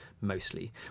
mostly